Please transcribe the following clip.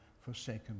forsaken